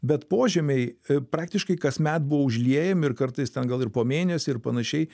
bet požemiai praktiškai kasmet buvo užliejami ir kartais ten gal ir po mėnesį ir panašiai